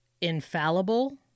infallible